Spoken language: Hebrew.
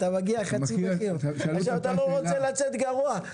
עכשיו אתה לא רוצה לצאת גבוה,